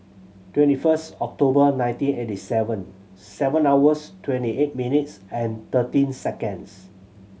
twenty first October nineteen eighty seven seven hours twenty eight minutes and thirteen seconds